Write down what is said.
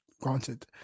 Granted